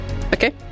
Okay